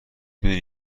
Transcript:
میدونی